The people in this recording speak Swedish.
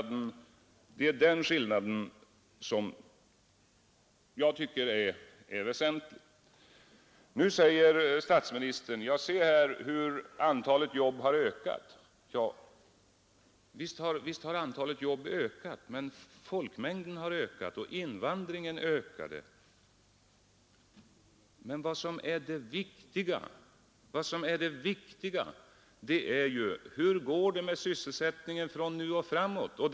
Det är den skillnaden som jag tycker är väsentlig. Nu säger statsministern: ”Se här hur antalet jobb har ökat! ” Ja, visst har antalet jobb ökat. Men folkmängden har ökat och invandringen har ökat. Vad som är det viktiga är ju hur det går med sysselsättningen nu och längre fram.